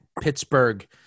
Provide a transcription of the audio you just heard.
Pittsburgh